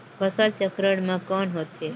फसल चक्रण मा कौन होथे?